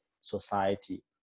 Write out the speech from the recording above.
society